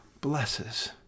blesses